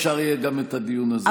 אפשר יהיה גם את הדיון הזה לקיים.